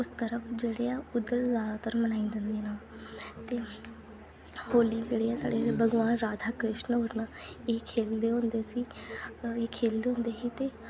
उस तरफ जेह्ड़े ऐ उधर जादातर मनाई होली जेह्ड़ी ऐ साढ़ी भगवान राधा कृष्ण होर न खेलदे होंदे सी एह् खेलदे होंदे हे ते